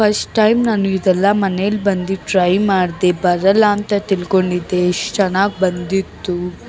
first time ನಾನು ಇದೆಲ್ಲ ಮನೆಯಲ್ಲಿ ಬಂದು ಟ್ರೈ ಮಾಡ್ದೆ ಬರೋಲ್ಲ ಅಂತ ತಿಳ್ಕೊಂಡಿದ್ದೆ ಇಷ್ಟು ಚೆನ್ನಾಗಿ ಬಂದಿತ್ತು